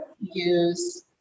use